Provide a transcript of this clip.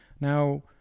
now